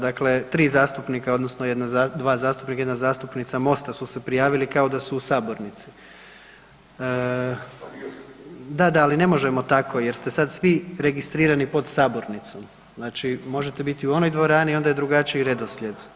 Dakle 3 zastupnika odnosno 2 zastupnika i jedna zastupnica Mosta su se prijavili kao da su u sabornici. ... [[Upadica se ne čuje.]] Da, da, ali ne možemo tako jer ste sad svi registrirani pod sabornicom, znači možete biti u onoj dvorani, onda je drugačiji redoslijed.